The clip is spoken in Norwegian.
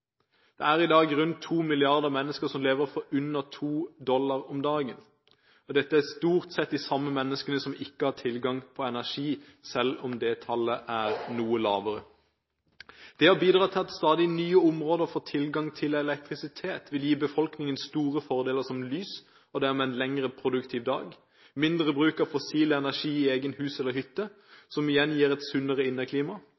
Det er i dag rundt 2 milliarder mennesker som lever for under to dollar om dagen. Dette er stort sett de samme menneskene som ikke har tilgang på energi, selv om det tallet er noe lavere. Det å bidra til at stadig nye områder får tilgang til elektrisitet, vil gi befolkningen store fordeler, som lys, og dermed en lengre produktiv dag, mindre bruk av fossil energi i eget hus eller